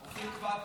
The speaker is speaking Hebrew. אופיר כץ כבר,